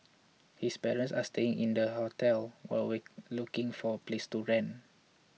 his parents are staying in the hotels while we looking for a place to rent